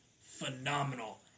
phenomenal